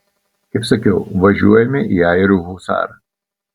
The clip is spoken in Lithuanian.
kaip sakiau važiuojame į airių husarą